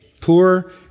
poor